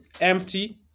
Empty